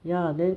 ya then